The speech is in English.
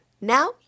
Now